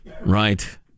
Right